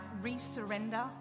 re-surrender